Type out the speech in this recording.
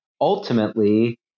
ultimately